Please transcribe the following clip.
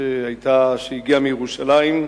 שהגיעה מירושלים,